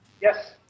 Yes